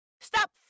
Stop